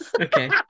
okay